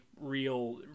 real